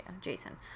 Jason